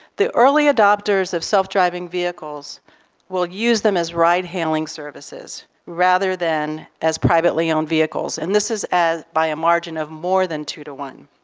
the early adopters of self-driving vehicles will use them as ride-hailing services rather than as privately owned vehicles, and this is by a margin of more than two to one.